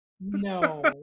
No